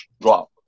drop